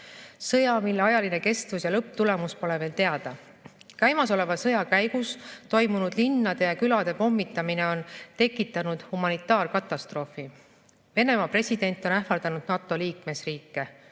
sõja, mille ajaline kestus ja lõpptulemus pole veel teada. Käimasoleva sõja käigus toimunud linnade ja külade pommitamine on tekitanud humanitaarkatastroofi. Venemaa president on ähvardanud NATO liikmesriike.